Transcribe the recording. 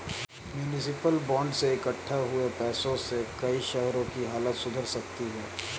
municipal bond से इक्कठा हुए पैसों से कई शहरों की हालत सुधर सकती है